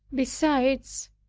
besides,